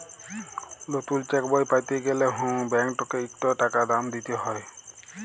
লতুল চ্যাকবই প্যাতে গ্যালে হুঁ ব্যাংকটতে ইকট টাকা দাম দিতে হ্যয়